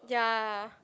ya